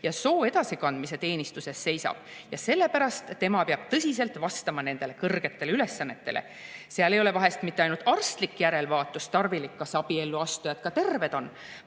ja soo edasikandmise teenistuses seisab ja sellepärast tema peab tõsiselt vastama nendele kõrgetele ülesannetele. Seal ei ole vahest mitte ainult arstlik järelevaatus tarvilik, kas abielluastujad ka terved on,